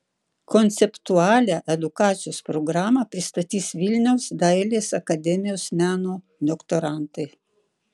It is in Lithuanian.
konceptualią edukacijos programą pristatys vilniaus dailės akademijos meno doktorantai